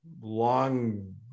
long